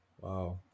Wow